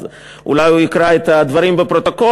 אז אולי הוא יקרא את הדברים בפרוטוקול.